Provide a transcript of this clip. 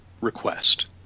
request